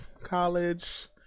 college